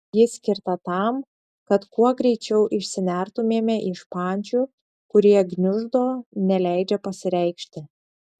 ji skirta tam kad kuo greičiau išsinertumėme iš pančių kurie gniuždo neleidžia pasireikšti